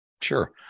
sure